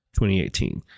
2018